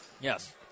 Yes